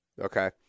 Okay